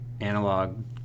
analog